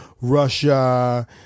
russia